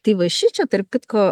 tai va šičia tarp kitko